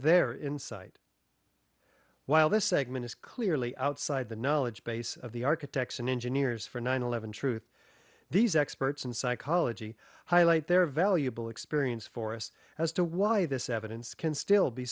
their insight while this segment is clearly outside the knowledge base of the architects and engineers for nine eleven truth these experts in psychology highlight their valuable experience for us as to why this evidence can still be